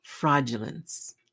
fraudulence